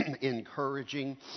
encouraging